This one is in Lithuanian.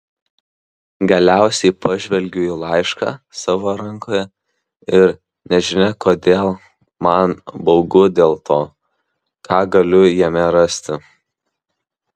galiausiai pažvelgiu į laišką savo rankoje ir nežinia kodėl man baugu dėl to ką galiu jame rasti